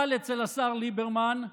אבל אצל השר ליברמן,